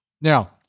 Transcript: Now